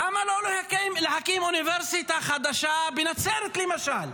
למה לא להקים אוניברסיטה חדשה בנצרת, למשל?